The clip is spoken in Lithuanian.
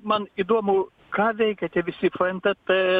man įdomu ką veikia tie visi fntt